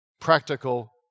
practical